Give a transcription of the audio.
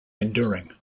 enduring